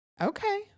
Okay